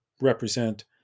represent